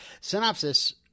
Synopsis